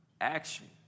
action